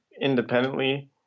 independently